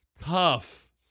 tough